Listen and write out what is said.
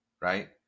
right